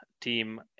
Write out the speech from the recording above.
team